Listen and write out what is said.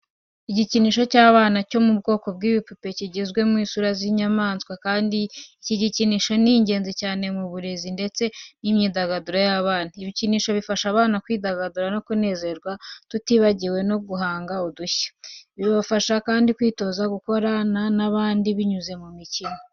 Igikinisho cy’abana cyo mu bwoko bw'ibipupe gikoze mu isura y'akanyamaswa kandi iki gikinisho ni ingenzi cyane mu burezi ndetse n’imyidagaduro y’abana bato. Ibikinisho bifasha abana kwidagadura no kunezerwa tutibagiwe no guhanga udushya. Bibafasha kandi kwitoza gukorana n’abandi binyuze mu mikino.